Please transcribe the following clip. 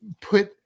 put